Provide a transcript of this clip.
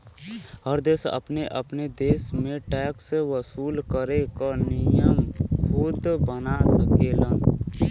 हर देश अपने अपने देश में टैक्स वसूल करे क नियम खुद बना सकेलन